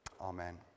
Amen